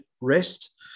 rest